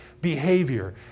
behavior